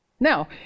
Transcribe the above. Now